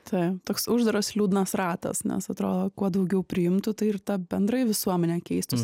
tai toks uždaras liūdnas ratas nes atrodo kuo daugiau priimtų tai ir ta bendrai visuomenė keistųsi